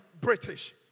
British